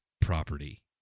property